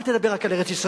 אל תדבר רק על ארץ-ישראל,